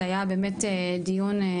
זה היה באמת דיון,